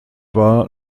war